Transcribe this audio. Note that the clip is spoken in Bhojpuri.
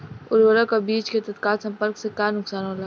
उर्वरक अ बीज के तत्काल संपर्क से का नुकसान होला?